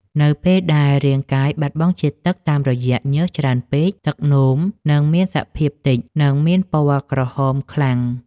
នៅពេលដែលរាងកាយបាត់បង់ជាតិទឹកតាមរយៈញើសច្រើនពេក ទឹកនោមនឹងមានសភាពតិច និងមានពណ៌ក្រមៅខ្លាំង។